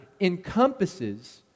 encompasses